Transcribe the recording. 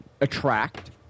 attract